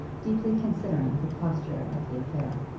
deeply considering the posture of the affair.